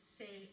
say